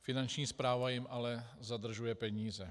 Finanční správa jim ale zadržuje peníze.